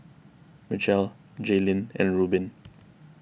Mitchell Jaylynn and Rubin